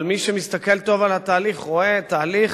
אבל מי שמסתכל טוב על התהליך רואה תהליך